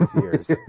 years